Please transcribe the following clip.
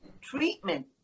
treatment